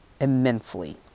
immensely